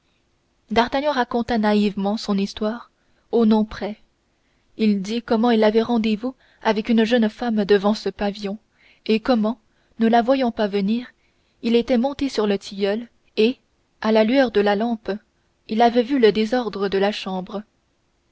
d'artagnan raconta naïvement son histoire aux noms près il dit comment il avait rendez-vous avec une jeune femme devant ce pavillon et comment ne la voyant pas venir il était monté sur le tilleul et à la lueur de la lampe il avait vu le désordre de la chambre